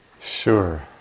Sure